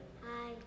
Hi